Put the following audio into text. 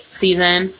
season